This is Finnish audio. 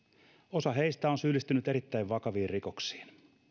osa heistä on syyllistynyt erittäin vakaviin rikoksiin